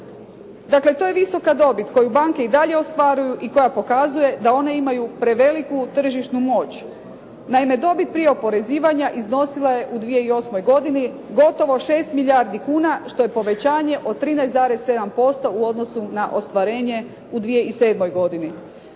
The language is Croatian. Dakle, to je visoka dobit koju banke i dalje ostvaruju i koja pokazuje da one imaju preveliku tržišnu moć. Naime, dobit prije oporezivanja iznosila je u 2008. godini gotovo 6 milijardi kuna, što je povećanje od 13,7% u odnosu na ostvarenje u 2007. godini.